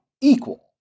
equal